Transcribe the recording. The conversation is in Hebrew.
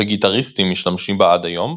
וגיטריסטים משתמשים בה עד היום,